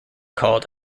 called